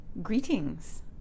Greetings